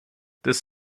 this